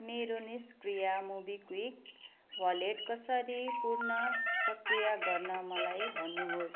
मेरो निष्क्रिय MobiKwik wallet कसरी पूर्ण सक्रिय गर्न मलाई भन्नुहोस्